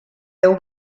deu